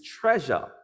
treasure